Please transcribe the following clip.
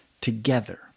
together